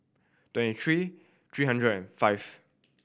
twenty three three hundred and five